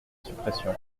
suppression